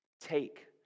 Take